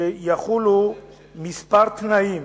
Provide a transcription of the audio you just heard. שיחולו כמה תנאים